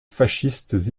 fascistes